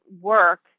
work